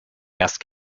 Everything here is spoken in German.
erst